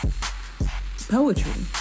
poetry